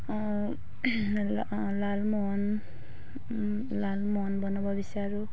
লালমোহন লালমোহন বনাব বিচাৰোঁ